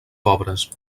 pobres